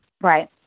right